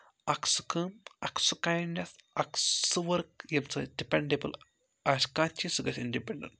اَکھ سُہ کٲم اَکھ سُہ کاینٛڈنٮ۪س اَکھ سُہ ؤرٕک ییٚمہِ سۭتۍ ڈِپٮ۪نٛڈیبٕل آسہِ کانٛہہ چیٖز سُہ گژھِ اِنڈِپٮ۪نٛڈَنٛٹ